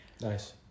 Nice